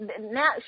Now